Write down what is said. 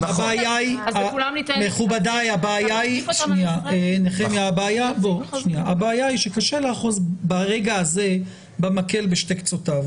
הבעיה היא שברגע הזה קשה לאחוז במקל בשני קצותיו.